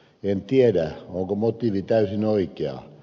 en tiedä onko motiivi täysin oikea